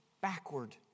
backward